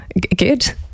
Good